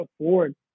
afford